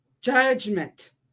judgment